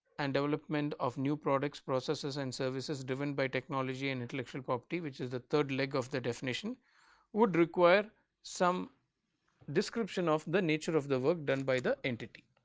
and development of new products processes and services driven by technology and intellectual property which is the third leg of the definition would require some description of the nature of the work done by the entity.